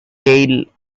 tail